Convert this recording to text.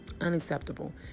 Unacceptable